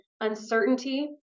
uncertainty